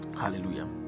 Hallelujah